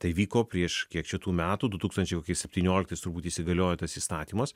tai vyko prieš kiek čia tų metų du tūkstančiai septynioliktais turbūt įsigaliojo tas įstatymas